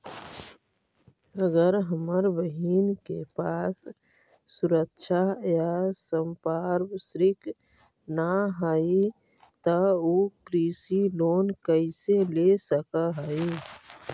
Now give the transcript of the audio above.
अगर हमर बहिन के पास सुरक्षा या संपार्श्विक ना हई त उ कृषि लोन कईसे ले सक हई?